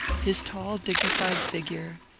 his tall dignified figure,